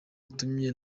utumye